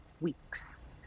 weeks